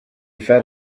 fed